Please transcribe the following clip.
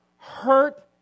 Hurt